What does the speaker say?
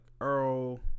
Earl